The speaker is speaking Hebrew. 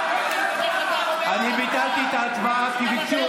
אני ביטלתי את ההצבעה כי ביקשו,